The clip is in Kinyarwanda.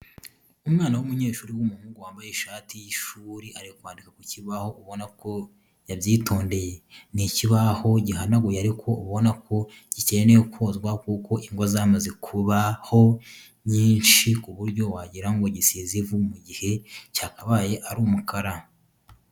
Umwana w'umunyeshuri w'umuhungu wamabye ishati y'ishuri ari kwandika ku kibaho ubona ko yabyitondeye. Ni ikibaho gihanaguye ariko ubona ko gicyeneye kozwa kuko ingwa zamaze kubaho nyinshi ku buryo wagirango gisize ivu mu gihe cyakabaye ari umukara.